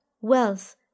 wealth